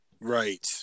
Right